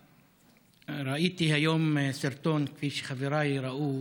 ראיתי היום סרטון, כפי שחבריי ראו,